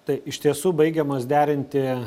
tai iš tiesų baigiamos derinti